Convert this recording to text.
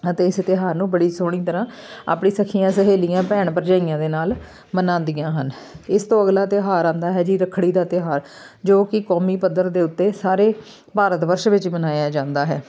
ਅਤੇ ਇਸ ਤਿਉਹਾਰ ਨੂੰ ਬੜੀ ਸੋਹਣੀ ਤਰ੍ਹਾਂ ਆਪਣੀ ਸਖੀਆਂ ਸਹੇਲੀਆਂ ਭੈਣ ਭਰਜਾਈਆਂ ਦੇ ਨਾਲ ਮਨਾਉਂਦੀਆਂ ਹਨ ਇਸ ਤੋਂ ਅਗਲਾ ਤਿਉਹਾਰ ਆਉਂਦਾ ਹੈ ਜੀ ਰੱਖੜੀ ਦਾ ਤਿਉਹਾਰ ਜੋ ਕਿ ਕੌਮੀ ਪੱਧਰ ਦੇ ਉੱਤੇ ਸਾਰੇ ਭਾਰਤ ਵਰਸ਼ ਵਿੱਚ ਮਨਾਇਆ ਜਾਂਦਾ ਹੈ